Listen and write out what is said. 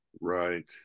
Right